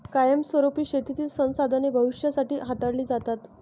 कायमस्वरुपी शेतीतील संसाधने भविष्यासाठी हाताळली जातात